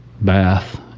bath